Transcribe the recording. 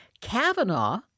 Kavanaugh